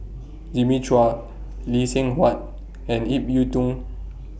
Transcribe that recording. Jimmy Chua Lee Seng Huat and Ip Yiu Tung